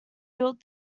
built